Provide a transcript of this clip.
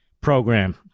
program